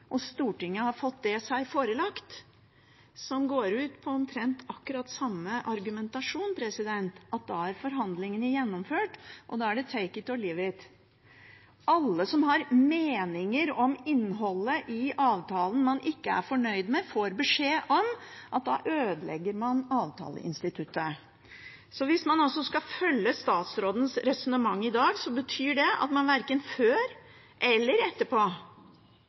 og Stortinget har fått seg det forelagt – som går ut på omtrent akkurat samme argumentasjon, at da er forhandlingene gjennomført, og da er det «take it or leave it». Alle som har meninger om innholdet i avtalen man ikke er fornøyd med, får beskjed om at da ødelegger man avtaleinstituttet. Hvis man skal følge statsrådens resonnement i dag, betyr det altså at man verken før eller etterpå